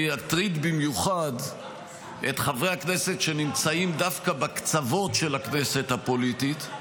להטריד במיוחד את חברי הכנסת שנמצאים דווקא בקצוות של הכנסת פוליטית,